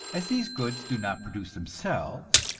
as these goods do not produce themselves,